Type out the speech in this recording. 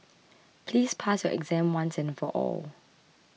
please pass your exam once and for all